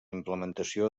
implementació